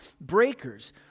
breakers